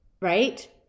right